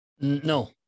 No